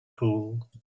cool